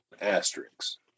asterisks